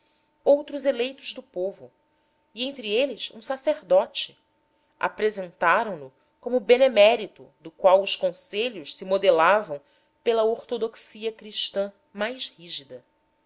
outros eleitos do povo e entre eles um sacerdote apresentaram no como benemérito do qual os conselheiros se modelavam pela ortodoxia cristã mais rígida